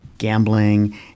gambling